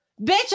Bitch